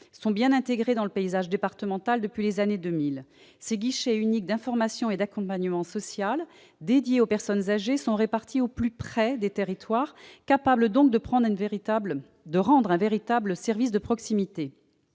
sont bien intégrés dans le paysage départemental depuis les années 2000. Ces guichets uniques d'information et d'accompagnement social dédiés aux personnes âgées, répartis au plus près des territoires, sont capables de rendre un véritable service de proximité.